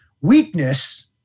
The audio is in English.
weakness